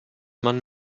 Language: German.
man